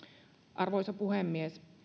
arvoisa puhemies